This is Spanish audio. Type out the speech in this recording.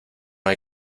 hay